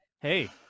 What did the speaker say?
hey